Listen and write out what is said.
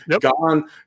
Gone